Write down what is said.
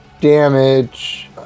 damage